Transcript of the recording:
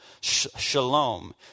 shalom